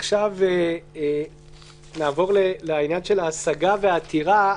נעבור לעניין ההשגה והעתירה,